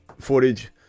footage